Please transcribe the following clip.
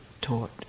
taught